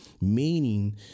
meaning